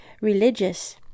religious